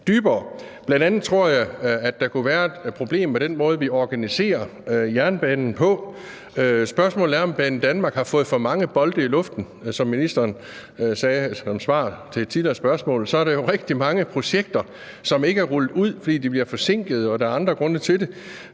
Bl.a. tror jeg, at der kunne være et problem med den måde, vi organiserer jernbanen på. Spørgsmålet er, om Banedanmark har fået for mange bolde i luften. Som ministeren sagde som et svar til et tidligere spørgsmål, er der jo rigtig mange projekter, som ikke er rullet ud, fordi de bliver forsinket, og der er andre grunde til det.